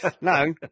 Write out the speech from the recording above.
No